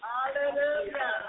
Hallelujah